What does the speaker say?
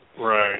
Right